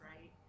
right